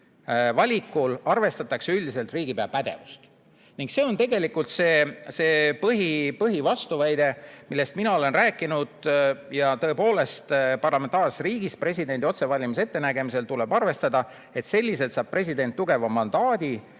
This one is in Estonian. valikul arvestatakse üldiselt riigipea pädevust. See on see põhivastuväide, millest mina olen rääkinud. Tõepoolest, parlamentaarses riigis presidendi otsevalimise ettenägemisel tuleb arvestada, et selliselt saab president tugeva mandaadi,